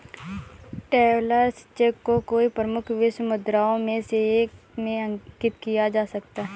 travellers cheque को कई प्रमुख विश्व मुद्राओं में से एक में अंकित किया जा सकता है